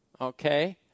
okay